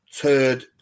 turd